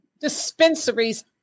dispensaries